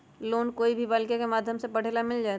Loan कोई भी बालिका के माध्यम से पढे ला मिल जायत?